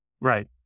Right